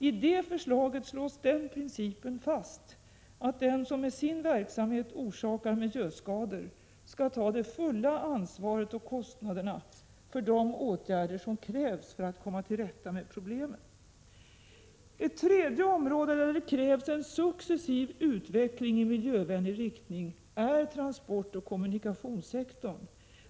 I detta förslag slås den principen fast, att den som med sin verksamhet orsakar miljöskador skall ta det fulla ansvaret och kostnaderna för de åtgärder som krävs för att komma till rätta med problemen. Ett tredje område, där det krävs en successiv utveckling i miljövänlig riktning, är transportoch kommunikationssektorn.